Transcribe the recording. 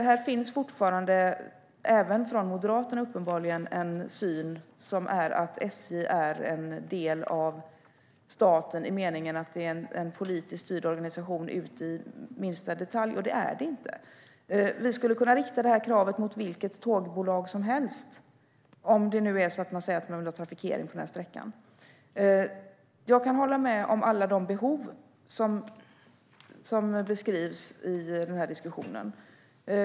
Här finns fortfarande, uppenbarligen även från Moderaterna, en syn att SJ är en del av staten i meningen att det är en politiskt styrd organisation ut i minsta detalj. Det är den inte. Vi skulle kunna rikta kravet mot vilket tågbolag som helst, om man vill ha trafikering på sträckan. Jag kan hålla med om alla de behov som beskrivs i diskussionen.